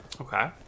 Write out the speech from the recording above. okay